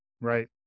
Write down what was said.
Right